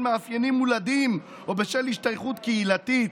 מאפיינים מולדים או בשל השתייכות קהילתית,